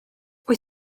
wyt